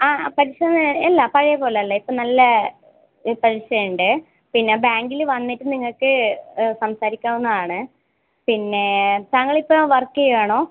ആ പലിശ നിരക്ക് അല്ല പഴയ പോലെ അല്ല ഇപ്പം നല്ല പലിശ ഉണ്ട് പിന്നെ ബാങ്കിൽ വന്നിട്ട് നിങ്ങൾക്ക് സംസാരിക്കാവുന്നതാണ് പിന്നേ താങ്കളിപ്പോൾ വർക്കെ ചെയ്യുവാണോ